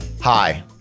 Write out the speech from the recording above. Hi